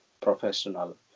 professional